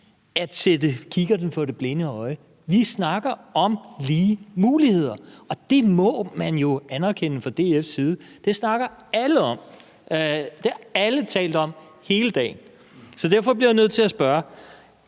at sætte kikkerten for det blinde øje. Vi snakker om lige muligheder, og det må man jo anerkende fra DF's side. Det snakker alle om. Det har alle talt om hele dagen. Derfor bliver jeg nødt til at spørge: